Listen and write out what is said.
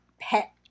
pet